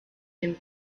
dem